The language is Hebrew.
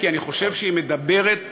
כי אני חושב שהיא מדברת לציבור,